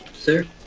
sir?